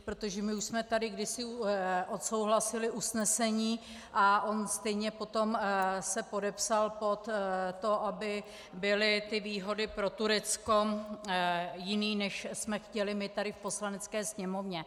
Protože my už jsme tady kdysi odsouhlasili usnesení a on se stejně potom podepsal pod to, aby byly ty výhody pro Turecko jiné, než jsme chtěli my tady v Poslanecké sněmovně.